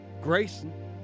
Grayson